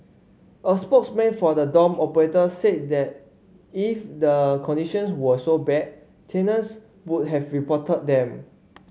a spokesman for the dorm operator said that if the conditions were so bad tenants would have reported them